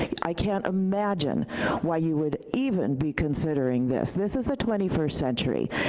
i can't imagine why you could even be considering this. this is the twenty first century,